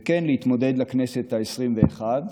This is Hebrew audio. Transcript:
וכן להתמודד לכנסת העשרים-ואחת.